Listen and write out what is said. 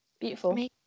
Beautiful